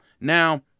Now